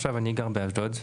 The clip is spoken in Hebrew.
אני גר עכשיו באשדוד.